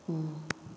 ꯎꯝ